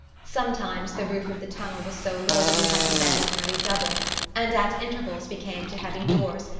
sometimes the roof of the tunnel was so low that we had to bend nearly double and at intervals we came to heavy doors,